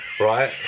Right